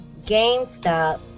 GameStop